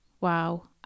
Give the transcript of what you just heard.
Wow